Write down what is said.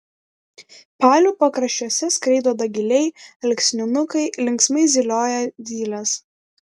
palių pakraščiuose skraido dagiliai alksninukai linksmai zylioja zylės